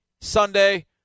Sunday